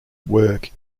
work